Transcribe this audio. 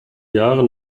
jahre